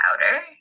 powder